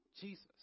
Jesus